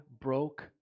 broke